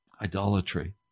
idolatry